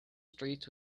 streets